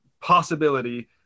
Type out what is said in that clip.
possibility